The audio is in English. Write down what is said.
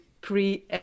pre